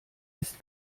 ist